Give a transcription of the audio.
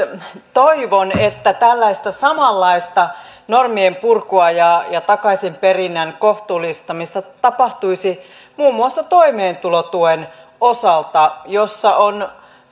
toivon että tällaista samanlaista normien purkua ja ja takaisinperinnän kohtuullistamista tapahtuisi muun muassa toimeentulotuen osalta jossa on